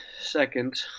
second